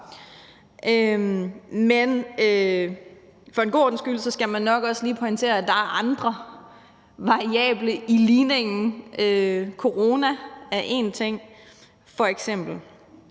Men for en god ordens skyld skal man nok også lige pointere, at der er andre variable i ligningen. Corona er f.eks. én ting. Det er min